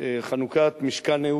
בחנוכת "משכן אהוד".